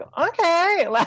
okay